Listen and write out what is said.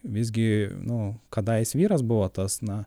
visgi nu kadais vyras buvo tas na